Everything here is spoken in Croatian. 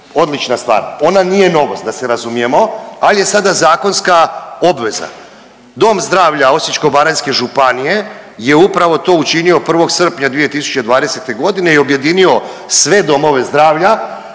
odlična stvar, ona nije novost da se razumijemo, al je sada zakonska obveza. Dom zdravlja Osječko-baranjske županije je upravo to učinio 1. srpnja 2020.g. i objedinio sve domove zdravlja